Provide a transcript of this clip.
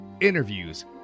interviews